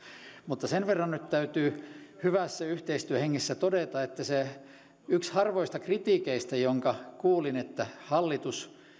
mutta sen verran nyt täytyy hyvässä yhteistyöhengessä todeta että yksi harvoista kritiikeistä jonka kuulin että hallitus